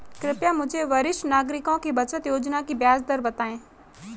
कृपया मुझे वरिष्ठ नागरिकों की बचत योजना की ब्याज दर बताएं